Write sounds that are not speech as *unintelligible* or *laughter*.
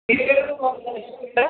*unintelligible*